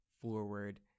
forward